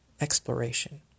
exploration